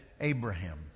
Abraham